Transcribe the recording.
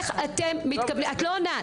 נועה, את לא עונה.